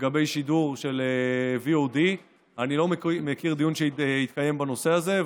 לגבי שידור של VOD. אני לא מכיר דיון שהתקיים בנושא הזה.